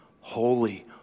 holy